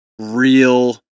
real